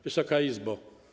Wysoka Izbo!